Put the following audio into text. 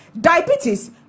diabetes